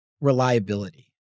reliability